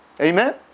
Amen